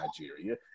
Nigeria